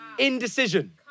Indecision